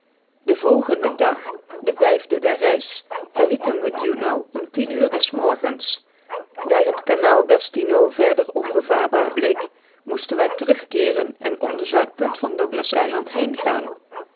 den volgenden dag den vijfden der reis verlieten we juneau om tien uur des morgens daar het kanaal gastineaux verder onbevaarbaar bleek moesten wij terugkeeren en om de zuidpunt van douglaseiland